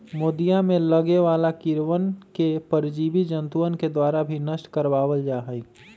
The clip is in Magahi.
मोदीया में लगे वाला कीड़वन के परजीवी जंतुअन के द्वारा भी नष्ट करवा वल जाहई